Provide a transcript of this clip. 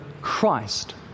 Christ